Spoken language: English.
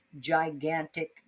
gigantic